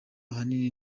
ahanini